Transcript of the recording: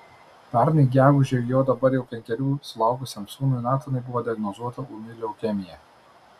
pernai gegužę jo dabar jau penkerių sulaukusiam sūnui natanui buvo diagnozuota ūmi leukemija